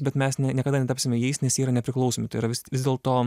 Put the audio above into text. bet mes ne niekada netapsime jais nes jie yra nepriklausomi tai yra vis dėl to